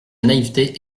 naïveté